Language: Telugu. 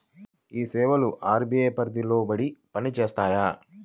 ఈ సేవలు అర్.బీ.ఐ పరిధికి లోబడి పని చేస్తాయా?